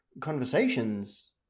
conversations